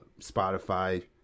spotify